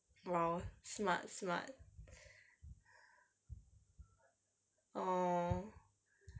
!wow! smart smart oh